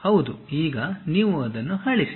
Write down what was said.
ಹೌದು ಈಗ ನೀವು ಅದನ್ನು ಅಳಿಸಿ